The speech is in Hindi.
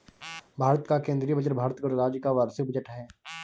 भारत का केंद्रीय बजट भारत गणराज्य का वार्षिक बजट है